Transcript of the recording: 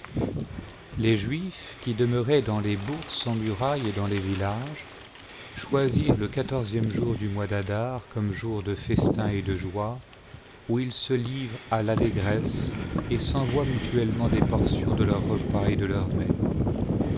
les juifs qui demeuraient dans les bourgs sans murailles et dans les villages choisirent le quatorzième jour du mois d'adar comme jour de festins et de joie où ils se livrent à l'allégresse et s'envoient mutuellement des portions de leurs repas et de leurs